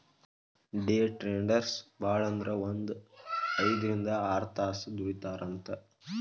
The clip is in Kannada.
ಡೆ ಟ್ರೆಡರ್ಸ್ ಭಾಳಂದ್ರ ಒಂದ್ ಐದ್ರಿಂದ್ ಆರ್ತಾಸ್ ದುಡಿತಾರಂತ್